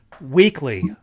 weekly